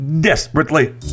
Desperately